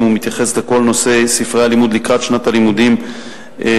ומתייחס לכל נושא ספרי הלימוד לקראת שנת הלימודים הבאה,